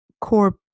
core